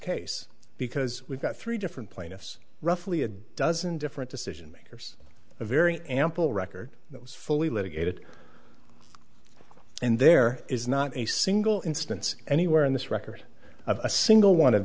case because we've got three different plaintiffs roughly a dozen different decision makers a very ample record that was fully litigated and there is not a single instance anywhere in this record of a single one of